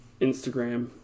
Instagram